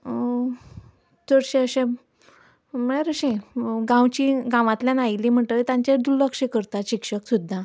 चडशें अशें म्हळ्यार अशीं गांवची गांवांतल्यान आयिल्लीं म्हणटगीर तेंचें दुर्लक्ष करता शिक्षक सुद्दां